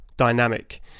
dynamic